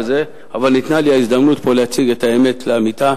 אבל ניתנה לי ההזדמנות פה להציג את האמת לאמיתה.